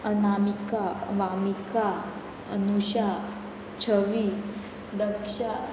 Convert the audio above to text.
Anamika Vamika Anusha Chhavi Daksha